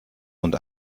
und